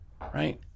right